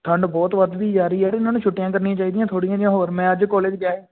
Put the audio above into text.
ਠੰਡ ਬਹੁਤ ਵੱਧਦੀ ਜਾ ਰਹੀ ਆ ਇਹਨਾਂ ਨੂੰ ਛੁੱਟੀਆਂ ਕਰਨੀਆਂ ਚਾਹੀਦੀਆਂ ਥੋੜ੍ਹੀਆਂ ਜਿਹੀਆਂ ਹੋਰ ਮੈਂ ਅੱਜ ਕੋਲੇਜ ਗਿਆ ਹੀ